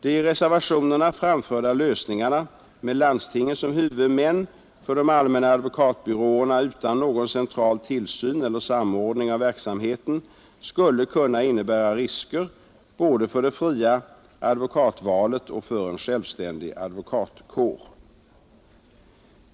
De i reservationerna framförda lösningarna med landstingen som huvudmän för de allmänna advokatbyråerna utan någon central tillsyn eller samordning av verksamheten skulle kunna innebära risker både för det fria advokatvalet och för en självständig advokatkår.